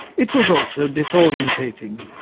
it was also disorientating.